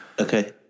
Okay